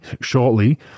shortly